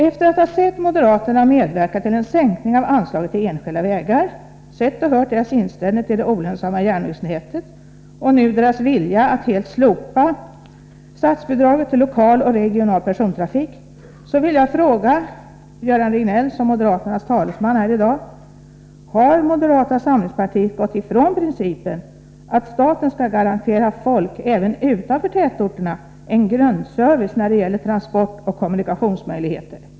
Efter att ha sett moderaterna medverka till en sänkning av anslaget till enskilda vägar, sett och hört deras inställning till det olönsamma järnvägsnätet och nu deras vilja att helt slopa statsbidraget till lokal och regional persontrafik, vill jag fråga Göran Riegnell som moderaternas talesman här i dag: Har moderata samlingspartiet gått ifrån principen att staten skall garantera folk även utanför tätorterna en grundservice när det gäller transportoch kommunikationsmöjligheter?